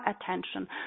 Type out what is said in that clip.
attention